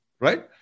right